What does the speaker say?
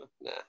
Nah